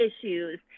issues